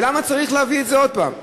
ולמה צריך להביא את זה עוד הפעם?